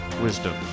wisdom